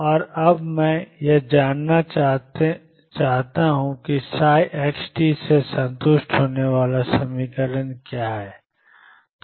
और अब हम यह जानना चाहते हैं कि ψxt से संतुष्ट होने वाला समीकरण क्या है